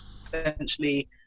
essentially